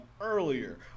earlier